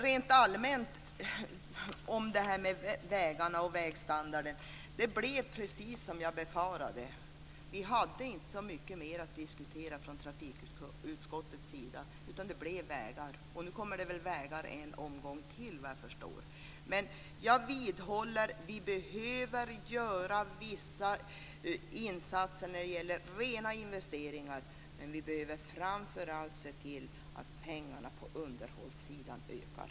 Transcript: Rent allmänt kan jag säga om detta med vägarna och vägstandarden att det blev precis som jag befarade. Vi hade inte så mycket mer att diskutera från trafikutskottets sida, utan det blev vägar. Nu kommer det väl en omgång vägar till, vad jag förstår. Jag vidhåller dock: Vi behöver göra vissa insatser när det gäller rena investeringar, men vi behöver framför allt se till att pengarna på underhållssidan ökar.